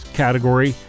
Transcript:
category